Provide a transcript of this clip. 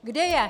Kde je?